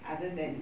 other than